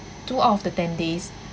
two out of the ten days